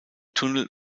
tunnel